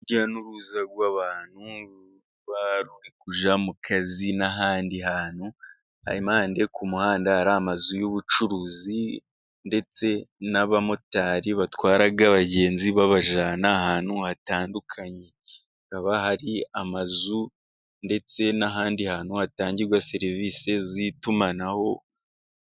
Urujya n'uruza rw'abantu, ruba ruri kujya mu kazi n'ahandi hantu. Impande ku muhanda hari amazu y'ubucuruzi, ndetse n'abamotari batwara abagenzi babajyana ahantu hatandukanye, hakaba hari amazu ndetse n'ahandi hantu hatangirwa serivisi z'itumanaho